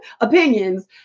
opinions